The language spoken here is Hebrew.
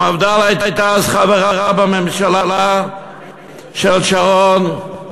המפד"ל הייתה אז חברה בממשלה של שרון,